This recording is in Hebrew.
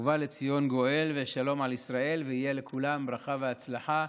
ובא לציון גואל ושלום על ישראל ויהיה לכולם ברכה והצלחה